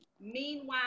Meanwhile